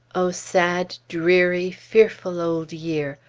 o sad, dreary, fearful old year!